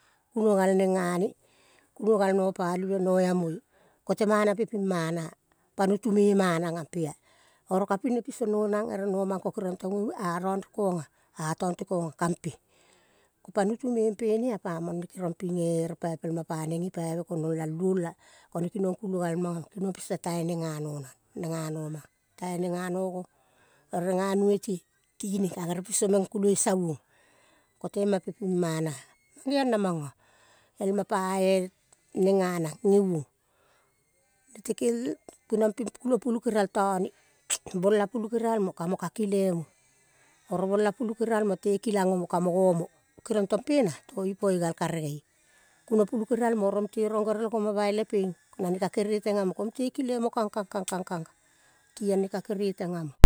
Kulo gal neng gane julo gal nopalivenoamoi ko te mana pe ping mana ah pa nutu me ma- nang ah. pe-a oro ka ping ne piso nonang ere nomang ere nomang ko kerong tong oh. arong re kong ah. Atong te kong ah. Kam pe, ko pa nutu me pena ah pamong ne kerong ping eh. ere pai pel ma paneng gipaive konol a luol, kone kinong kulogal mong kinong piso tai neng ga nomang tai neng ga nogo ere ga neie tining kagerel piso meng kule sianong kote mape ping mana ah. Mangeong na mamgo elma pa-e neng ganang geinong ne te kel keriong ping palei kerial tone bola pala kerial mo ka mo kakile mo oro bola pulu kerial mo tekilang omo, ka mo gomo keriong tong pena toipo eh gal karege eh. Kuno pulu kerial mo oro mute rong gerel go bai le peng nane ka kereteng amo mute kile mo kang kang, kang kang, kang kang, kang kang ah tia ne ka kere teng amo.